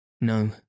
No